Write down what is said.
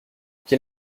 quel